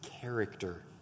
character